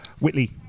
Whitley